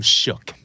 shook